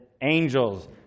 angels